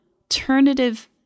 alternative